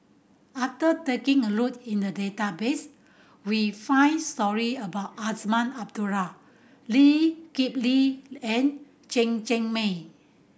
after taking a look at the database we find stories about Azman Abdullah Lee Kip Lee and Chen Cheng Mei